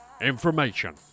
information